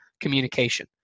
communication